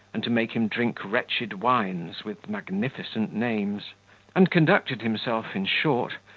and to make him drink wretched wines with magnificent names and conducted himself, in short,